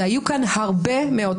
והיו פה הרבה מאוד.